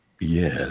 Yes